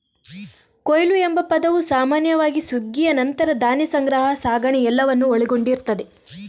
ಕೊಯ್ಲು ಎಂಬ ಪದವು ಸಾಮಾನ್ಯವಾಗಿ ಸುಗ್ಗಿಯ ನಂತರ ಧಾನ್ಯ ಸಂಗ್ರಹ, ಸಾಗಣೆ ಎಲ್ಲವನ್ನ ಒಳಗೊಂಡಿರ್ತದೆ